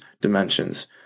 dimensions